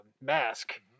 mask